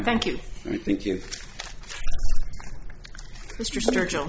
thank you thank you mr jones